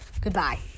Goodbye